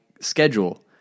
schedule